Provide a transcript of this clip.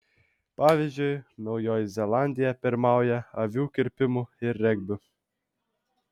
pavyzdžiui naujoji zelandija pirmauja avių kirpimu ir regbiu